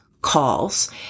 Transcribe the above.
calls